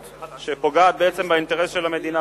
כי היא פוגעת בעצם באינטרס של המדינה,